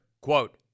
quote